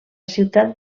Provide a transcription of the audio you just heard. ciutat